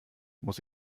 muss